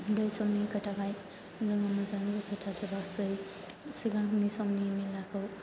उन्दै समनि खोथाखाय जोङो मोजाङै गोसोआव थाजोबासै सिगांनि समनि मेलाखौ